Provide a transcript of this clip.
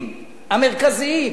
המרכזיים